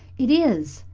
it is,